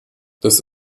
das